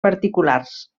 particulars